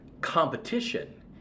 competition